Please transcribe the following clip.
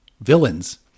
villains